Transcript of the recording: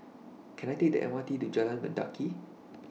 Can I Take The M R T to Jalan Mendaki